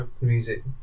Music